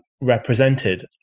represented